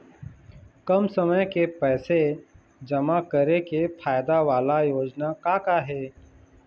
कम समय के पैसे जमा करे के फायदा वाला योजना का का हे?